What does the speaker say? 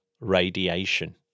radiation